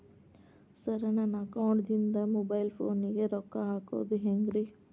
Sir ನನ್ನ ಅಕೌಂಟದಿಂದ mobile ಫೋನಿಗೆ ರೊಕ್ಕ ಹಾಕೋದು ಹೆಂಗ್ರಿ?